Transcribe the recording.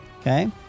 Okay